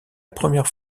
première